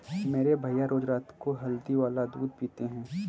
मेरे भैया रोज रात को हल्दी वाला दूध पीते हैं